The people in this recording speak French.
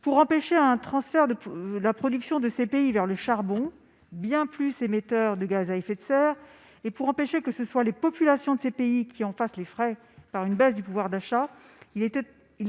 Pour empêcher un transfert de la production de ces pays vers le charbon, bien plus émetteur de gaz à effet de serre, et pour empêcher que les populations de ces pays n'en fassent les frais par une baisse du pouvoir d'achat, il